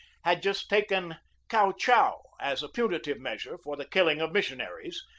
had just taken kiau chau as a punitive measure for the killing of mis sionaries,